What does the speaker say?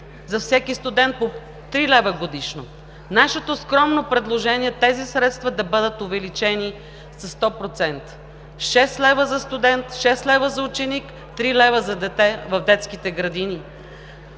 за всеки студент – 3 лв. годишно. Нашето скромно предложение е тези средства да бъдат увеличени със сто процента – 6 лв. за студент, 6 лв. за ученик, 3 лв. за дете в детските градини.